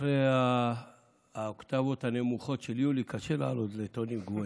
אחרי האוקטבות הנמוכות של יולי קשה לעלות לטונים גבוהים,